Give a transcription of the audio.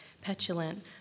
Petulant